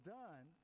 done